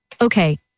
Okay